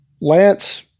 Lance